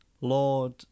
Lord